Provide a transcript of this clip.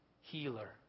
healer